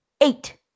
eight